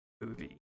movie